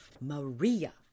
Maria